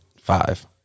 Five